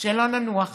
שלא ננוח